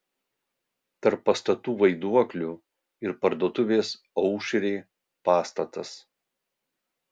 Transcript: tarp pastatų vaiduoklių ir parduotuvės aušrė pastatas